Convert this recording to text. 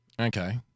Okay